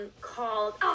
called